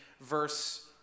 verse